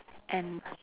and